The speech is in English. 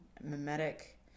Mimetic